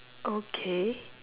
okay